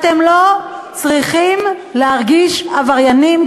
אתם לא צריכים להרגיש עבריינים,